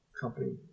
company